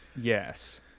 Yes